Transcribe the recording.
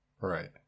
Right